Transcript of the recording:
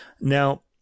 Now